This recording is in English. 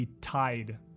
tied